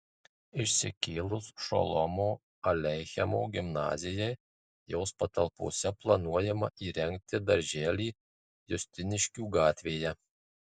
išsikėlus šolomo aleichemo gimnazijai jos patalpose planuojama įrengti darželį justiniškių gatvėje